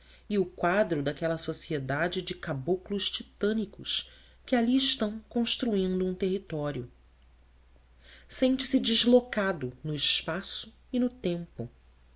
e o quadro daquela sociedade de caboclos titânicos que ali estão construindo um território sente-se deslocado no espaço e no tempo